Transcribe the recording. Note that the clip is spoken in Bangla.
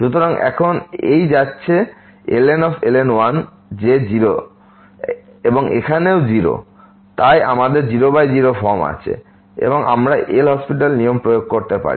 সুতরাং এখন এইযাচ্ছে যাচ্ছে ln 1 যে 0 এবং এখানেও 0 তাই আমাদের 00 ফর্ম আছে এবং আমরা LHospital নিয়ম প্রয়োগ করতে পারি